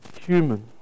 human